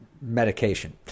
medication